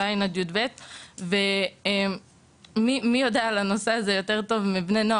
ז׳-י״ב והם אלה שיודעים בצורה הטובה ביותר מה קורה